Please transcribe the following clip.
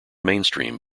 mainstream